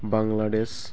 Bangladesh